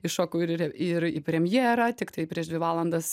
iššokau ir į re ir į premjerą tiktai prieš dvi valandas